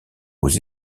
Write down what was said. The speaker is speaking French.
aux